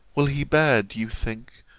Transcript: will he bear, do you think,